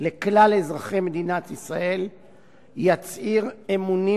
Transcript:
לכלל אזרחי מדינת ישראל יצהיר אמונים